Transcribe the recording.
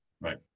Right